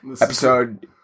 episode